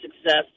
success